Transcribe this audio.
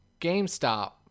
GameStop